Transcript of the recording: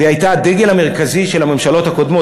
והיא הייתה הדגל המרכזי של הממשלות הקודמות?